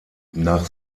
nach